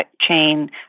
chain